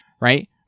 right